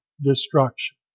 destruction